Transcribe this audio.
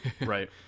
right